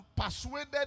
persuaded